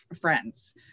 friends